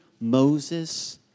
Moses